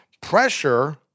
Pressure